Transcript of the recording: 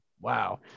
Wow